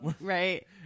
right